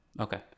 Okay